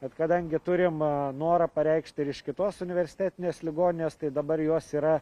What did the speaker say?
bet kadangi turim norą pareikšti ir iš kitos universitetinės ligoninės tai dabar jos yra